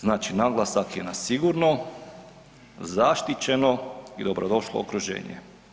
Znači naglasak je na sigurno, zaštićeno i dobrodošlo okruženje.